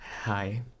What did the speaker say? Hi